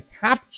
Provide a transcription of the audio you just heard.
capture